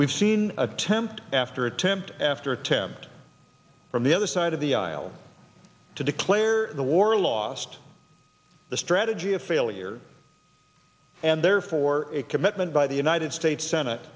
we've seen attempt after attempt after attempt on the other side of the aisle to declare the war lost the strategy of failure and therefore a commitment by the united states senate